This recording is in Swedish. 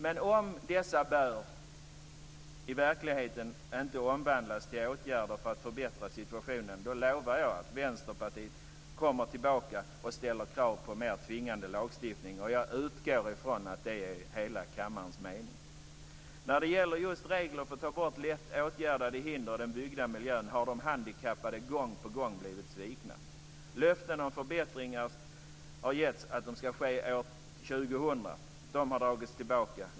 Men om dessa "bör" i verkligheten inte omvandlas till åtgärder för att förbättra situationen lovar jag att Vänsterpartiet kommer tillbaka och ställer krav på mer tvingande lagstiftning. Jag utgår ifrån att det är hela kammarens mening. När det gäller just regler för att ta bort lätt åtgärdade hinder i den byggda miljön har de handikappade gång på gång blivit svikna. Löften har getts om att förbättringar ska ske år 2000. De har dragits tillbaka.